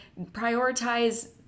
prioritize